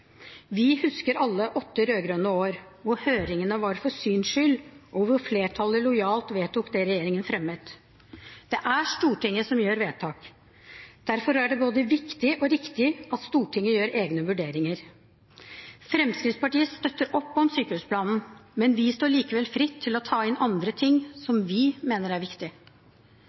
Vi husker alle åtte rød-grønne år, hvor høringene var for syns skyld, og hvor flertallet lojalt vedtok det regjeringen fremmet. Det er Stortinget som gjør vedtak. Derfor er det både viktig og riktig at Stortinget gjør egne vurderinger. Fremskrittspartiet støtter opp om sykehusplanen. Men vi står likevel fritt til å ta inn andre ting som vi mener er viktig.